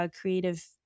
creative